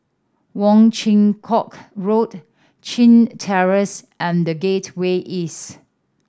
Wong Chin Yoke Road Chin Terrace and The Gateway East